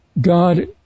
god